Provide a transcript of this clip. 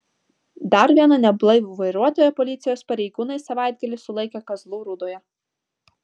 dar vieną neblaivų vairuotoją policijos pareigūnai savaitgalį sulaikė kazlų rūdoje